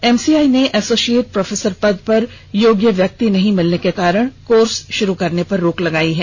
MCI ने associate professor पद पर योग्य व्यक्ति नहीं मिलने के कारण कोर्स शुरू करने पर रोक लगायी है